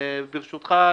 ברשותך,